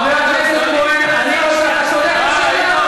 חבר הכנסת כהן, אני, מה היית עושה אתה?